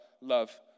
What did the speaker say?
love